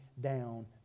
down